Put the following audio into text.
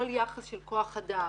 כל יחס של כוח אדם,